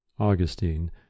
Augustine